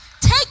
take